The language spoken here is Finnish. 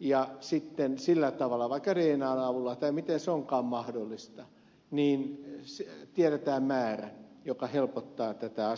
ja sitten sillä tavalla vaikka dnan avulla tai miten se onkaan mahdollista tiedetään määrä mikä helpottaa tätä